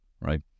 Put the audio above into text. right